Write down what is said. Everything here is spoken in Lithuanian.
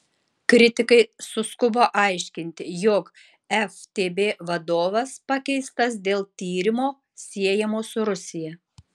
kritikai suskubo aiškinti jog ftb vadovas pakeistas dėl tyrimo siejamo su rusija